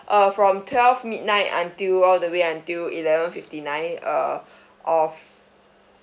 uh from twelve midnight until all the way until eleven fifty nine uh of